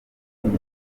nyina